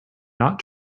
not